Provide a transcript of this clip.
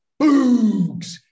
Boogs